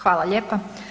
Hvala lijepa.